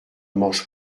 mange